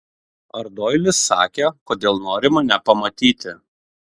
ar doilis sakė kodėl nori mane pamatyti